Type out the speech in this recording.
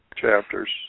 chapters